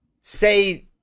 say